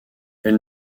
elle